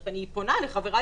החרגתם את רואי החשבון.